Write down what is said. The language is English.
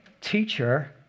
teacher